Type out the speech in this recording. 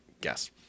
guess